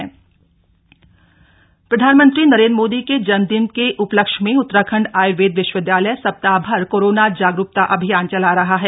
ओजस क्वाथ प्रधानमंत्री नरेंद्र मोदी के जन्मदिन के उपलक्ष्य में उतराखंड आय्र्वेद विश्वविद्यालय सप्ताह भर कोरोना जागरूकता अभियान चला रहा है